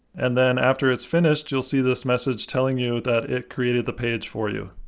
and then after it's finished, you'll see this message telling you that it created the page for you.